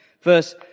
Verse